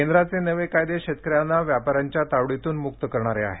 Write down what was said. केंद्राचे नवे कायदे शेतकऱ्यांना व्यापाऱ्यांच्या तावडीतून मुक्त करणारे आहेत